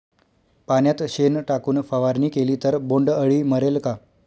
पाण्यात शेण टाकून फवारणी केली तर बोंडअळी मरेल का?